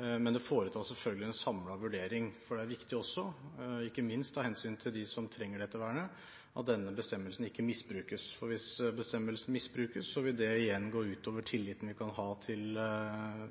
Men det foretas selvfølgelig en samlet vurdering. Det er viktig også, ikke minst av hensyn til dem som trenger dette vernet, at denne bestemmelsen ikke misbrukes. Hvis bestemmelsen misbrukes, vil det igjen gå ut over tilliten vi kan ha til